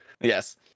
Yes